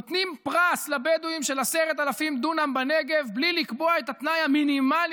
נותנים לבדואים פרס של 10,000 דונם בנגב בלי לקבוע את התנאי המינימלי